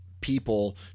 people